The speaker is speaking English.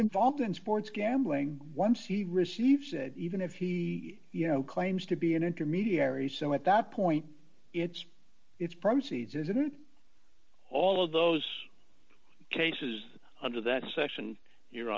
involved in sports gambling once he receives it even if he you know claims to be an intermediary so at that point it's it's proceeds isn't all of those cases under that section your